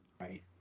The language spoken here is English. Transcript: Right